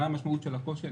מה המשמעות של הקושי?